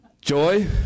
Joy